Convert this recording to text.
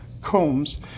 combs